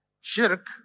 shirk